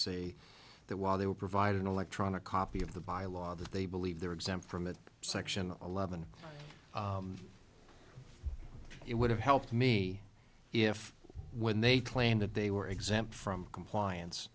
say that while they will provide an electronic copy of the bylaw that they believe they're exempt from that section on eleven it would have helped me if when they claimed that they were exempt from compliance